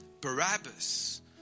Barabbas